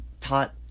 taught